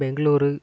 Bangalore